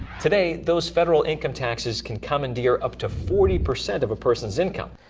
today, those federal income taxes can commandeer up to forty percent of a person's income.